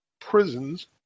prisons